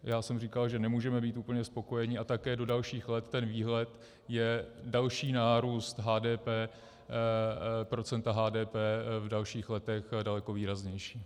Já jsem říkal, že nemůžeme být úplně spokojeni, a také do dalších let, ten výhled, je další nárůst procenta HDP v dalších letech daleko výraznější.